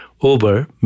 over